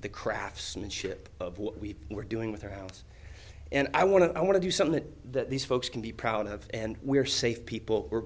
the craftsmanship of what we were doing with her house and i want to i want to do something that these folks can be proud of and we're safe people we